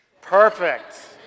Perfect